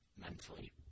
mentally